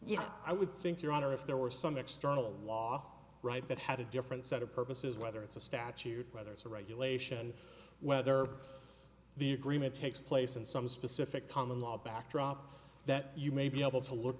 know i would think your honor if there were some external law right that had a different set of purposes whether it's a statute whether it's a regulation whether the agreement takes place and some specific common law backdrop that you may be able to look